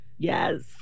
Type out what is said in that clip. Yes